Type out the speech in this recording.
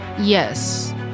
Yes